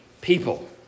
people